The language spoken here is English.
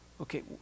Okay